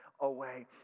away